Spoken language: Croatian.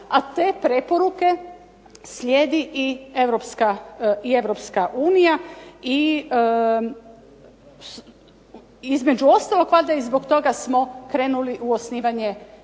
a te preporuke slijedi i Europska unija i između ostalog valjda i zbog toga smo krenuli u osnivanje